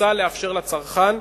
מוצע לאפשר לצרכן,